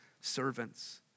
servants